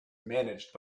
managed